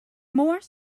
more